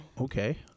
Okay